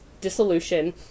dissolution